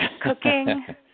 cooking